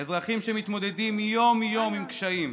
אזרחים שמתמודדים יום-יום עם קשיים,